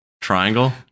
Triangle